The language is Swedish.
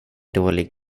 dålig